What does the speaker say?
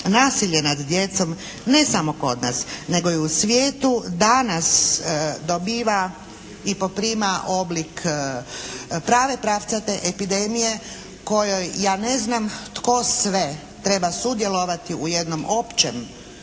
nasilje nad djecom ne samo kod nas nego i u svijetu, danas dobiva i poprima oblik prave pravcate epidemije kojoj ja ne znam tko sve treba sudjelovati u jednom općem